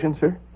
sir